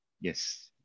Yes